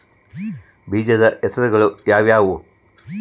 ಬೇಜದ ಹೆಸರುಗಳು ಯಾವ್ಯಾವು?